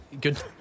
Good